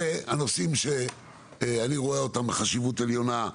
הנושאים שאני רואה אותם בחשיבות עליונה,